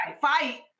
fight